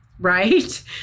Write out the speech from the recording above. right